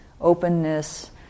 openness